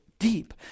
deep